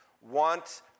want